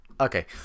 okay